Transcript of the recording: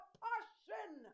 passion